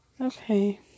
Okay